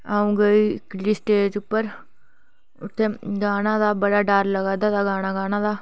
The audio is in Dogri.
अऊं गेई इक्कली स्टेज उप्पर उत्थै बड़ा डर लगा दा हा गाना गाने दा